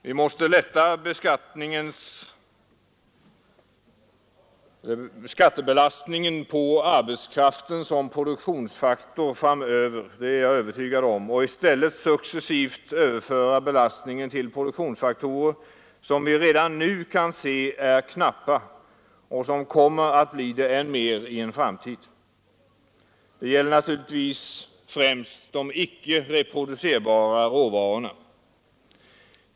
Vi måste lätta skattebelastningen på arbetskraften som produktionsfaktor framöver, det är jag övertygad om, och i stället successivt överföra belastningen till produktionsfaktorer som vi redan nu kan se är knappa och som kommer att bli det än mer i en framtid. Detta gäller naturligtvis främst de icke reproducerbara råvarorna.